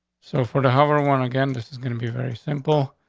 so for the hover one again, this is gonna be very simple.